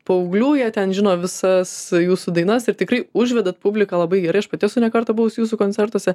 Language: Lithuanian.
paauglių jie ten žino visas jūsų dainas ir tikrai užvedat publiką labai gerai aš pati esu ne kartą buvusi jūsų koncertuose